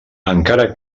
encara